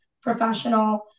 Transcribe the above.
professional